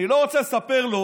אני לא רוצה לספר לו